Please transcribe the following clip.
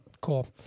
Cool